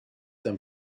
them